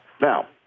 Now